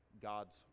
God's